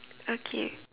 okay